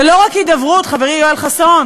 זה לא רק הידברות, חברי יואל חסון,